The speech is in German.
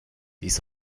dies